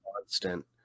constant